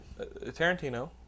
Tarantino